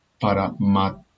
Paramat